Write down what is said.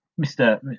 Mr